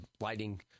lighting